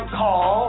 call